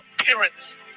appearance